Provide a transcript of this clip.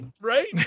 Right